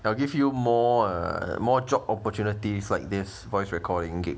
I will give you more uh more job opportunities like this voice recording